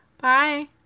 Bye